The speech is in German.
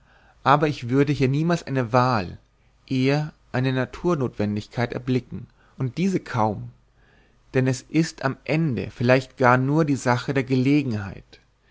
aber ich würde hier niemals eine wahl eher eine naturnotwendigkeit erblicken und diese kaum denn es ist am ende vielleicht gar nur die sache der gelegenheit